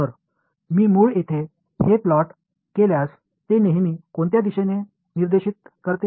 तर मी मूळ येथे हे प्लॉट केल्यास ते नेहमी कोणत्या दिशेने निर्देशित करते